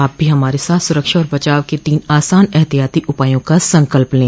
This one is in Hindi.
आप भी हमारे साथ सुरक्षा और बचाव के तीन आसान एहतियाती उपायों का संकल्प लें